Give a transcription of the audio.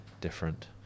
different